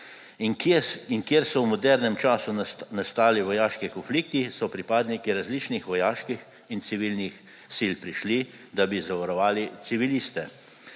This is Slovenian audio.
In kjer so v modernem času nastali vojaški konflikti, so prišli pripadniki različnih vojaških in civilnih sil, da bi zavarovali civiliste.